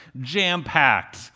jam-packed